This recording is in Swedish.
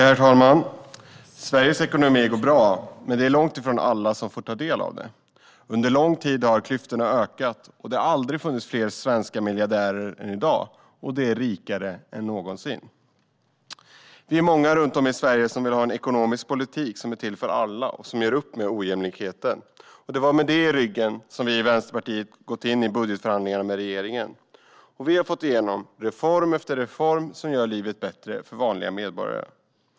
Herr talman! Sveriges ekonomi går bra, men det är långt ifrån alla som får ta del av det. Under lång tid har klyftorna ökat. Det har aldrig funnits fler svenska miljardärer än i dag, och de är rikare än någonsin. Vi är många runt om i Sverige som vill ha en ekonomisk politik som är till för alla och som gör upp med ojämlikheten. Det var med det i ryggen som vi i Vänsterpartiet gick in i budgetförhandlingarna med regeringen. Och vi har fått igenom reform efter reform som gör livet bättre för vanliga medborgare.